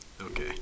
okay